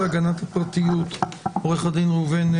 יידונו בכובד ראש ובצורה מעמיקה כבר בדיונים הקרובים.